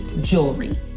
jewelry